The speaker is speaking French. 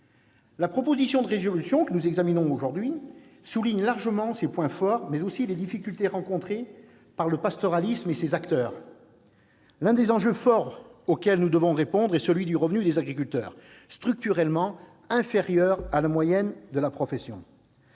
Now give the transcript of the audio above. La proposition de résolution que nous examinons aujourd'hui souligne largement ces points forts, mais aussi les difficultés rencontrées par le pastoralisme et ses acteurs. L'un des enjeux forts auxquels nous devons répondre est celui du revenu de ces agriculteurs, structurellement inférieur à la moyenne de la profession.